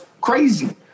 crazy